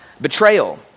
betrayal